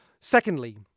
Secondly